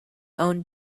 own